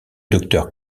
docteur